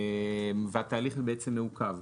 והתהליך בעצם מעוכב.